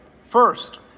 First